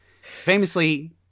Famously